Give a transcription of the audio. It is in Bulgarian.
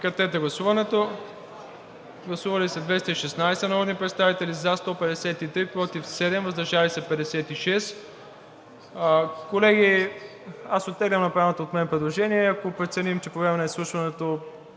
проведе от 18,30 ч. Гласували 216 народни представители: за 153, против 7, въздържали се 56. Колеги, оттеглям, направеното от мен предложение. Ако преценим, че по време на изслушването